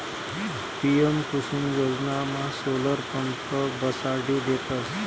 PM Kusum योजनामा solar pump बसाडी देतस